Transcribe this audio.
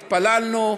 התפללנו,